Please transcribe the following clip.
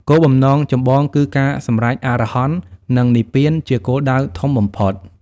គោលបំណងចម្បងគឺការសម្រេច អរហន្ត និង និព្វាន ជាគោលដៅធំបំផុត។